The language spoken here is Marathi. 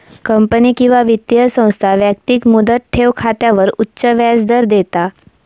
कंपनी किंवा वित्तीय संस्था व्यक्तिक मुदत ठेव खात्यावर उच्च व्याजदर देता